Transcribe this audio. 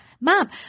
mom